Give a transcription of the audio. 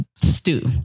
stew